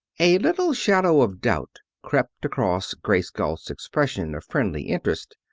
a little shadow of doubt crept across grace galt's expression of friendly interest.